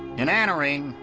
in anarene,